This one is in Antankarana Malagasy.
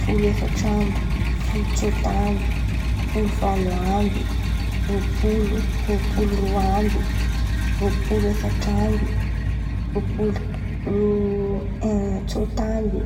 folo efatra amby, folo tsôta amby, folo valo amby, roa-polo, roa-polo roa amby, roa-polo efatra amby, roa-polo tsôta amby.